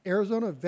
Arizona